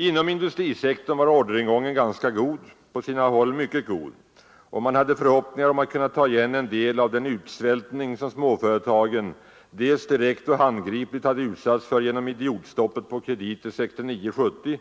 Inom industrisektorn var orderingången ganska god, på sina håll mycket god, och man hade förhoppningar om att kunna ta igen en del av den utsvältning som småföretagen dels direkt och handgripligt hade utsatts för genom idiotstoppet på krediter 1969—1970,